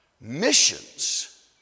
missions